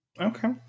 Okay